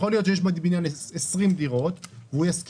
יכול להיות שיש בבניין 20 דירות והוא ישכיר